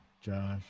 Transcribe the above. Josh